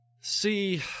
See